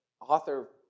author